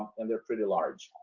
and they're pretty large,